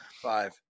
five